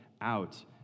out